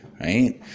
Right